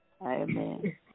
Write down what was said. Amen